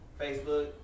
Facebook